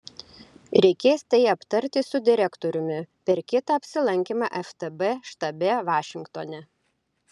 reikės tai aptarti su direktoriumi per kitą apsilankymą ftb štabe vašingtone